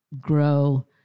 grow